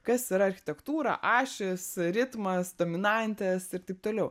kas yra architektūra ašys ritmas dominantės ir taip toliau